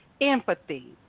empathy